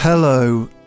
Hello